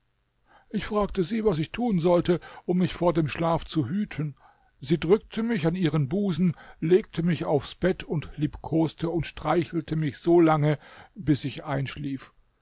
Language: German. ich fragte sie was ich tun sollte um mich vor dem schlaf zu hüten sie drückte mich an ihren busen legte mich aufs bett und liebkoste und streichelte mich solange bis ich einschlief